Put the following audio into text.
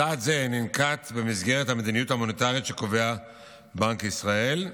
צעד זה ננקט במסגרת המדיניות המוניטרית שקובע בנק ישראל,